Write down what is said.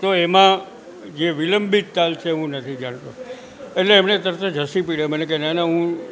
તો એમાં જે વિલંબિત તાલ છે હું નથી જાણતો એટલે એમણે તરત જ હસી પડ્યાં મને કહે ના ના હું